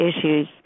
issues